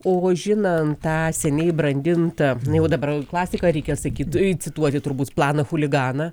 o žinant tą seniai brandintą jau dabar klasika reikia sakyt cituoti turbūt planą chuliganą